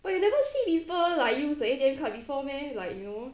but you never see people like use the A_T_M card before meh like you know